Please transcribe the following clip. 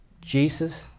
Jesus